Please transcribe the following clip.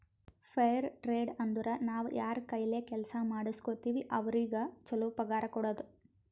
fire trade ಅಂದುರ್ ನಾವ್ ಯಾರ್ ಕೈಲೆ ಕೆಲ್ಸಾ ಮಾಡುಸ್ಗೋತಿವ್ ಅವ್ರಿಗ ಛಲೋ ಪಗಾರ್ ಕೊಡೋದು